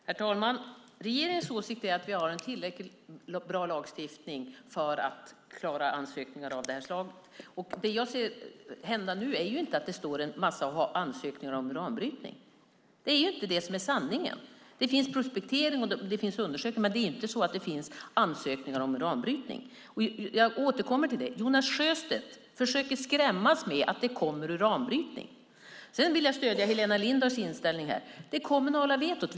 Herr talman! Det är regeringens åsikt att vi har en tillräckligt bra lagstiftning för att klara ansökningar av det här slaget. Det finns inte en massa ansökningar om uranbrytning nu. Det är inte sant. Det finns prospektering och undersökningar, men det finns inte några ansökningar om uranbrytning. Jag återkommer till att Jonas Sjöstedt försöker skrämmas med att det kommer att bli uranbrytning. Jag stöder Helena Lindahls inställning här när det gäller det kommunala vetot.